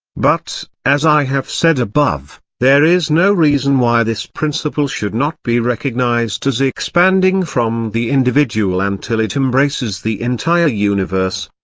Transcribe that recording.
but, as i have said above, there is no reason why this principle should not be recognised as expanding from the individual until it embraces the entire universe.